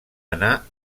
anar